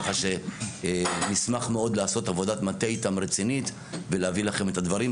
ככה שנשמח מאוד לעשות עבודת מטה רצינית איתם ולהביא לכם את הדברים.